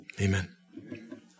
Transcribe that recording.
Amen